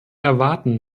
erwarten